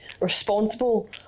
responsible